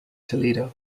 toledo